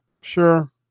sure